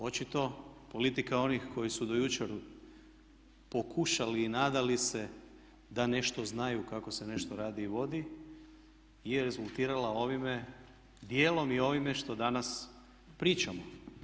Očito politika onih koji su do jučer pokušali i nadali se da nešto znaju kako se nešto radi i vodi je rezultirala dijelom i ovime što danas pričamo.